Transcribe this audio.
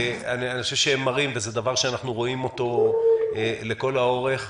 הם מראים, וזה דבר שאנחנו רואים אותו לכל האורך,